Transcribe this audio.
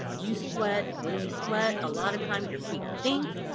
you sweat. when you sweat, a lot of times your feet stink,